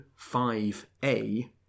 5a